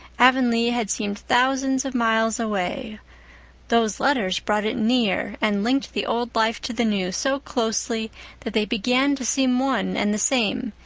avonlea had seemed thousands of miles away those letters brought it near and linked the old life to the new so closely that they began to seem one and the same,